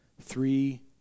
three